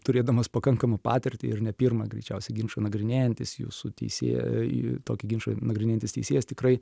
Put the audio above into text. turėdamas pakankamą patirtį ir ne pirmą greičiausiai ginčą nagrinėjantis jūsų teisėjai tokį ginčą nagrinėjantis teisėjas tikrai